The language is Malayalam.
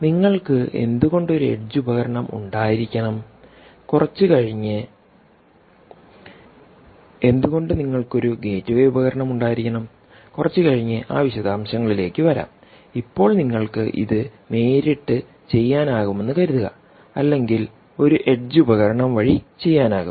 നിങ്ങൾക്ക് എന്തുകൊണ്ട് ഒരു എഡ്ജ് ഉപകരണം ഉണ്ടായിരിക്കണം എന്തുകൊണ്ട് നിങ്ങൾക്ക് ഒരു ഗേറ്റ്വേ ഉപകരണം ഉണ്ടായിരിക്കണം കുറച്ച് കഴിഞ്ഞ് ആ വിശദാംശങ്ങളിലേക്ക് വരാം ഇപ്പോൾ നിങ്ങൾക്ക് ഇത് നേരിട്ട് ചെയ്യാനാകുമെന്ന് കരുതുക അല്ലെങ്കിൽ ഒരു എഡ്ജ് ഉപകരണം വഴി ചെയ്യാനാകും